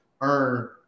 earn